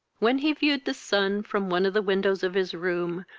when he viewed the sun, from one of the windows of his room,